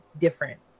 different